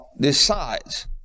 decides